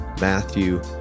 Matthew